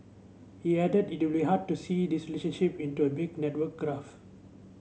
he added it would be hard to see this relationship in to a big network graph